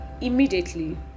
immediately